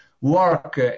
work